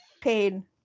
pain